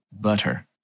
Butter